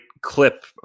clip